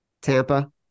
Tampa